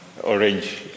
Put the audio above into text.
orange